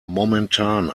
momentan